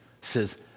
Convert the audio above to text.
says